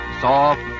Soft